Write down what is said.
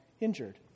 injured